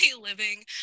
living